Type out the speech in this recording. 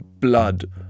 blood